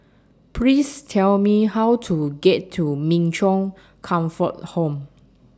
Please Tell Me How to get to Min Chong Comfort Home